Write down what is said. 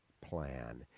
plan